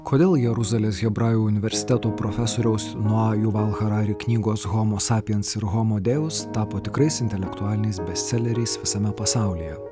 kodėl jeruzalės hebrajų universiteto profesoriaus noaju valcharari knygos homo sapiens ir homo deus tapo tikrais intelektualiniais bestseleriais visame pasaulyje